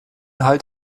halt